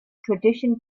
tradition